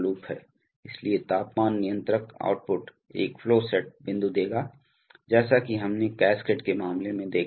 इसलिए तापमान नियंत्रक आउटपुट एक फ्लो सेट बिंदु देगा जैसा कि हमने कैस्केड के मामले में देखा है